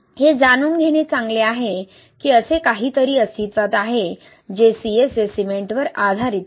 हे जाणून घेणे चांगले आहे की असे काहीतरी अस्तित्वात आहे जे CSA सिमेंटवर आधारित आहे